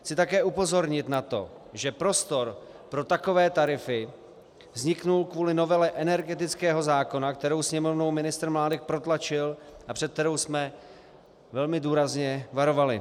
Chci také upozornit na to, že prostor pro takové tarify vznikl kvůli novele energetického zákona, kterou Sněmovnou ministr Mládek protlačil a před kterou jsme velmi důrazně varovali.